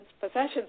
possessions